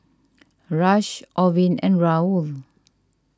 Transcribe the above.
Rush Orvin and Raul